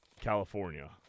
California